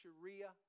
Sharia